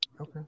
Okay